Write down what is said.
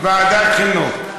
ועדת חינוך.